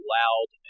loud